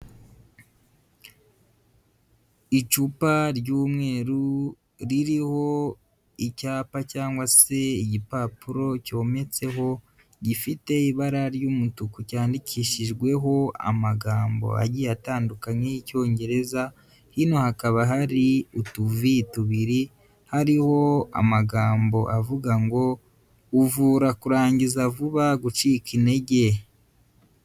Icupa ry'umweru ririho icyapa cyangwa se igipapuro cyometseho, gifite ibara ry'umutuku, cyandikishijweho amagambo agiye atandukanye y'Icyongereza, hino hakaba hariho utuvi tubiri, hariho amagambo avuga ngo uvura kurangiza vuba, gucika intege.